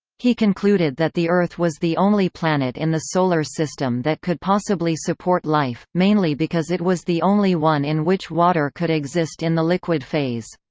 he concluded that the earth was the only planet in the solar system that could possibly support life, mainly because it was the only one in which water could exist in the liquid phase.